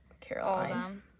caroline